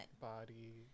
Body